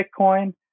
Bitcoin